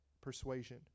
persuasion